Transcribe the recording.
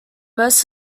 most